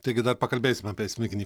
taigi dar pakalbėsim apie smiginį